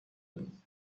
بود